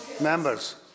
Members